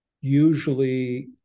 Usually